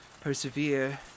Persevere